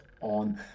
on